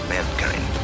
Mankind